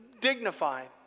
dignified